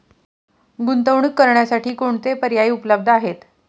गुंतवणूक करण्यासाठी कोणते पर्याय उपलब्ध आहेत?